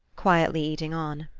quietly eating on.